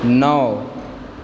नओ